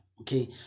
Okay